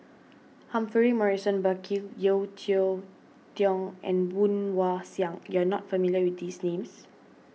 Humphrey Morrison Burkill Yeo Cheow Tong and Woon Wah Siang you are not familiar with these names